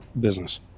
business